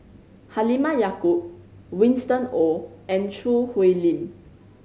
Halimah Yacob Winston Oh and Choo Hwee Lim